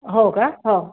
हो का हो